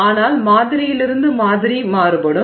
ஆனால் மாதிரியிலிருந்து மாதிரி மாறுபடும்